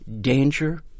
danger